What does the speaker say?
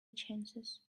chances